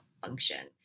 function